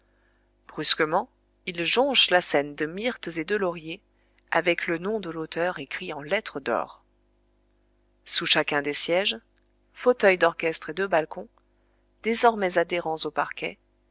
brusquement ils jonchent la scène de myrtes et de lauriers avec le nom de l'auteur écrit en lettres d'or sous chacun des sièges fauteuils d'orchestre et de balcon désormais adhérents aux parquets